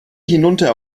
hinunter